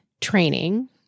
training